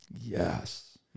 yes